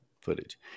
footage